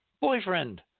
boyfriend